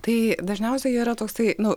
tai dažniausiai yra toksai nu